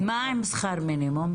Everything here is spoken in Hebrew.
מה קורה עם שכר מינימום?